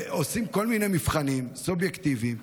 ועושים כל מיני מבחנים סובייקטיביים,